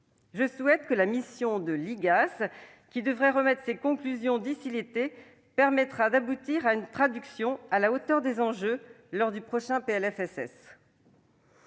Je souhaite que la mission de l'IGAS, qui devrait remettre ses conclusions d'ici à l'été, puisse aboutir à des mesures à la hauteur des enjeux lors du prochain projet